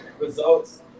results